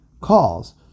calls